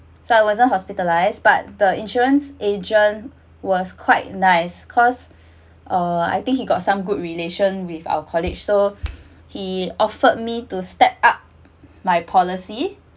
so I wasn't hospitalized but the insurance agent was quite nice cause uh I think he got some good relations with our college so he offered me to step up my policy